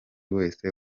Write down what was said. wese